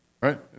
Right